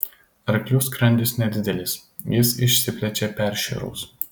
arklių skrandis nedidelis jis išsiplečia peršėrus